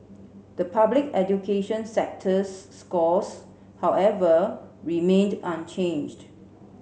the Public education sector's scores however remained unchanged